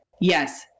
Yes